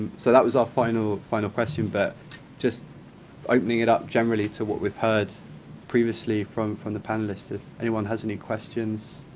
so that was our final final question. but just opening it up, generally, to what we've heard previously from from the panelists. if anyone has any questions,